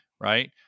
right